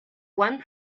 one